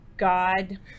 god